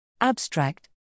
Abstract